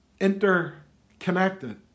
interconnected